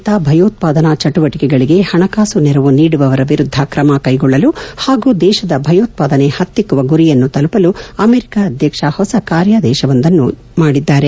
ವಿಶ್ಲಾದ್ಯಂತ ಭಯೋತ್ಗಾದನಾ ಚಟುವಟಿಕೆಗಳಿಗೆ ಹಣಕಾಸು ನೆರವು ನೀಡುವವರ ವಿರುದ್ಧ ಕ್ರಮ ಕ್ಷೆಗೊಳ್ಳಲು ಹಾಗೂ ದೇಶದ ಭಯೋತ್ಪಾದನೆ ಹತ್ತಿಕ್ಕುವ ಗುರಿಯನ್ನು ತಲುಪಲು ಅಮೆರಿಕ ಅಧ್ಯಕ್ಷ ಹೊಸ ಕಾರ್ಯಾದೇಶವೊಂದನ್ನು ಮಾಡಿದ್ದಾರೆ